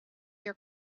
your